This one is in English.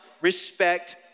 respect